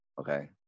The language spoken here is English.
Okay